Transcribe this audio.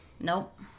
Nope